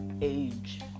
age